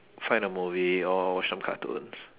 find a movie or watch some cartoons